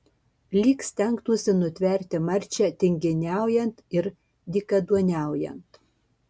lyg stengtųsi nutverti marčią tinginiaujant ir dykaduoniaujant